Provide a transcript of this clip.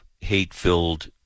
hate-filled